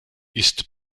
ist